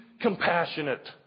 compassionate